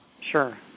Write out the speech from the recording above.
Sure